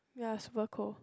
ya super cold